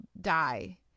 die